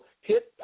hit